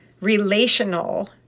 relational